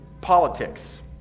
politics